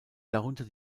darunter